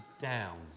down